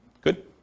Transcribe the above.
Good